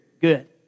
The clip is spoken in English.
good